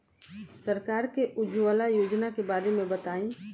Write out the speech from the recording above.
सरकार के उज्जवला योजना के बारे में बताईं?